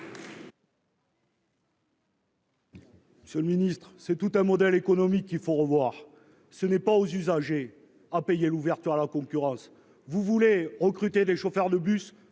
aller. Le ministre-c'est tout un modèle économique, il faut revoir ce n'est pas aux usagers à payer l'ouverture à la concurrence vous voulez recruter des chauffeurs de bus